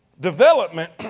development